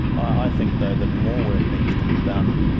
i think, though, that more work needs to be done